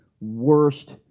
worst